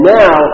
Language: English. now